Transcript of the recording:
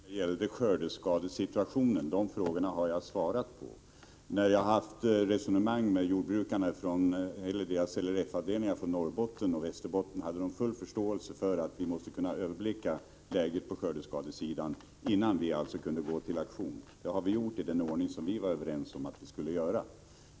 Herr talman! Jag vill påpeka att de frågor som har ställts till mig gällde skördeskadesituationen, och dem har jag svarat på. När jag haft resonemang med jordbrukarnas LRF-avdelningar från Norrbotten och Västerbotten har de haft full förståelse för att vi måste kunna överblicka läget på skördeskadesidan innan vi kunde gå till aktion. Det har vi gjort i den ordning vi var överens om.